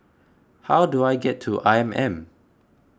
how do I get to I M M